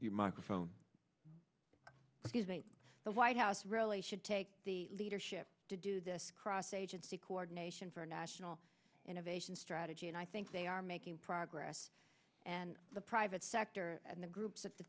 your microphone the white house really should take the leadership to do this cross agency coordination for national innovation strategy and i think they are making progress and the private sector and the groups at the